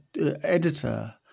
editor